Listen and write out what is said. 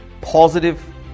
positive